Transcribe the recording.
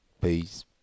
Peace